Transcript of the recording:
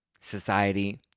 society